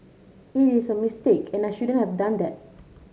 it is a mistake and I shouldn't have done that